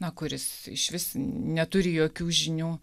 na kuris išvis neturi jokių žinių